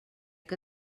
que